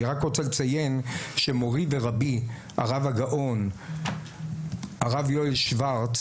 אני רק רוצה לציין שמורי ורבי הרב הגאון הרב יואל שוורץ